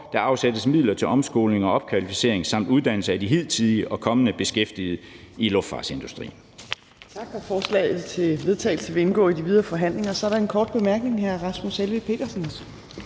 der afsættes midler til omskoling og opkvalificering samt uddannelse af de hidtidige og kommende beskæftigede i luftfartsindustrien.«